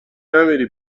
نمیری